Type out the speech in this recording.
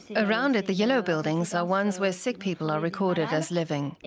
around it, the yellow buildings are ones where sick people are recorded as living.